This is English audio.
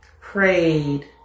prayed